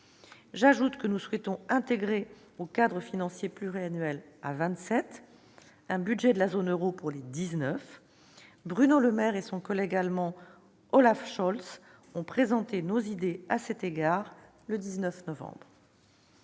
J'ajoute que nous souhaitons intégrer au cadre financier pluriannuel à vingt-sept un budget pour les dix-neuf États de la zone euro. Bruno Le Maire et son collègue allemand, Olaf Scholz, ont présenté nos idées à cet égard le 19 novembre